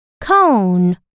cone